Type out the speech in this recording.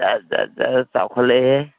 ꯖꯔ ꯖꯔ ꯖꯔ ꯆꯥꯎꯈꯠꯂꯦꯍꯦ